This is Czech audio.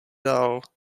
dál